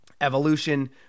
evolution